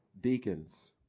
deacons